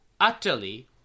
utterly